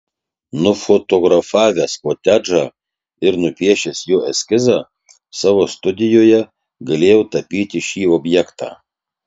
nufotografavęs kotedžą ir nupiešęs jo eskizą savo studijoje galėjau tapyti šį objektą